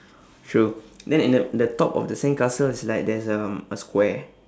true then in the the top of the sandcastle is like a there's um a square